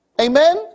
Amen